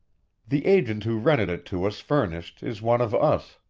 the agent who rented it to us furnished, is one of us.